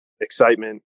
excitement